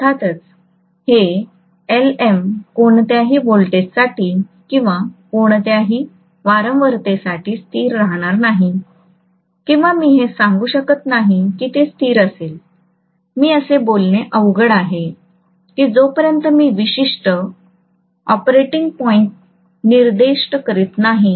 तर अर्थातच हे Lm कोणत्याही व्होल्टेजसाठी किंवा कोणत्याही वारंवारतेसाठी स्थिर राहणार नाही किंवा मी हे सांगू शकत नाही की ते स्थिर असेल मी असे काही बोलणे अवघड आहे की जोपर्यंत मी विशिष्ट ऑपरेटिंग पॉईंट निर्दिष्ट करत नाही